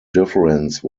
difference